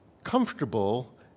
comfortable